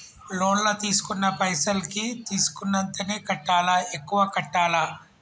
Loan లా తీస్కున్న పైసల్ కి తీస్కున్నంతనే కట్టాలా? ఎక్కువ కట్టాలా?